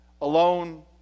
alone